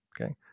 Okay